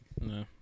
No